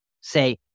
say